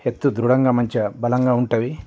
ఎత్తు దృఢంగా మంచిగా బలంగా ఉంటవి